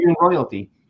royalty